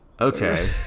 Okay